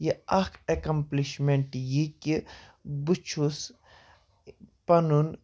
یہِ اَکھ ایٚکَمپلِشمٮ۪نٛٹ یہِ کہِ بہٕ چھُس پَنُن